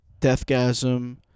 Deathgasm